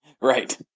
Right